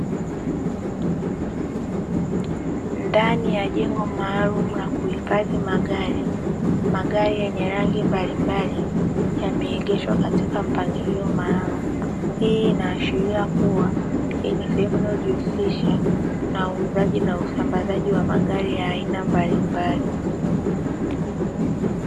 Ndani ya jengo maalumu la kuhifadhia magari, magari yenye rangi mbalimbali yameegeshwa katika mpangilio maalumu, hii inaashiria kuwa hii ni sehemu inayojihusisha na uuzaji na usambazaji wa magari ya aina mbalimbali.